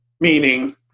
meaning